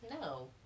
no